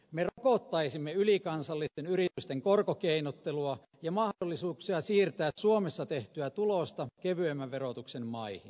me rokottaisimme ylikansallisten yritysten korkokeinottelua ja mahdollisuuksia siirtää suomessa tehtyä tulosta kevyemmän verotuksen maihin